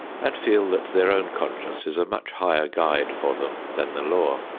and feel that their own conscience is a much higher guide for them than the law.